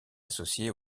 associée